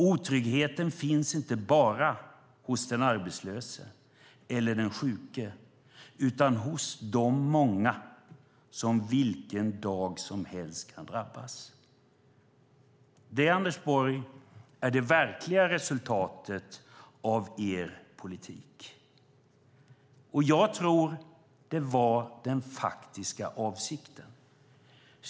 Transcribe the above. Otryggheten finns inte bara hos den arbetslöse eller den sjuke utan hos de många som vilken dag som helst kan drabbas. Det är det verkliga resultatet av er politik, Anders Borg, och jag tror att det var den faktiska avsikten.